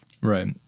right